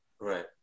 Right